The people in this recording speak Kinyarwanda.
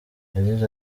yagize